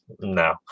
no